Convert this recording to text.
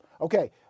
Okay